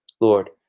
Lord